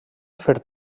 fer